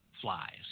flies